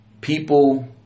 people